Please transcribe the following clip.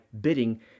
bidding